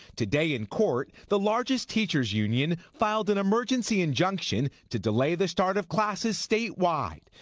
today in court, the largest teachers union filed an emergency injunction to delay the start of classes statewide.